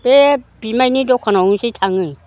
बे बिमाइनि दखानावनोसै थाङो